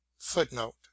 footnote